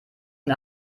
den